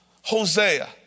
Hosea